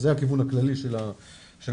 זה הכיוון הכללי של המתווה.